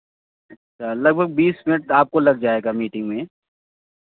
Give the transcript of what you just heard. लगभग बीस मिनट आपको लग जाएगा मीटिंग में